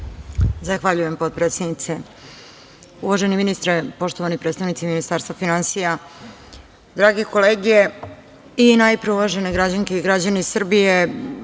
Zahvaljujem potpredsednice. Uvaženi ministre, poštovani predsednici Ministarstva finansija, drage kolege i najpre uvažene građanke i građani Srbije,